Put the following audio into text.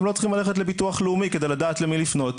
הם לא צריכים ללכת לביטוח לאומי כדי לדעת למי לפנות,